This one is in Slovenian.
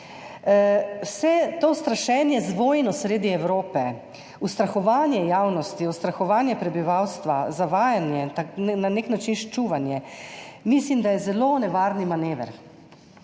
Vse to strašenje z vojno sredi Evrope, ustrahovanje javnosti, ustrahovanje prebivalstva, zavajanje, na nek način ščuvanje, mislim, da je zelo nevaren manever.